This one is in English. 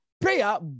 prayer